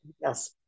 yes